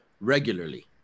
regularly